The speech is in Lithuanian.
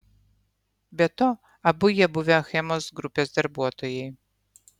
be to abu jie buvę achemos grupės darbuotojai